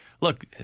Look